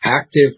active